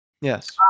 Yes